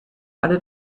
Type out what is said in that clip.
alle